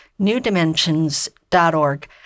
newdimensions.org